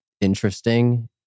interesting